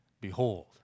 Behold